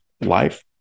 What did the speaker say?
life